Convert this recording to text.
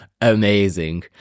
amazing